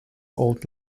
old